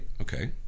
okay